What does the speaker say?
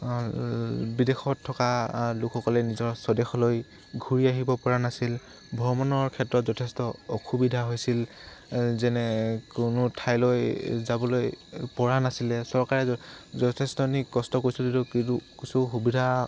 বিদেশত থকা লোকসকলে নিজৰ স্বদেশলৈ ঘূৰি আহিব পৰা নাছিল ভ্ৰমণৰ ক্ষেত্ৰত যথেষ্ট অসুবিধা হৈছিল যেনে কোনো ঠাইলৈ যাবলৈ পৰা নাছিলে চৰকাৰে যথেষ্ট ন কষ্ট কৰিছিল যদিও কি কিছু সুবিধা